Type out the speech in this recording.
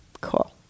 Cool